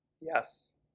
Yes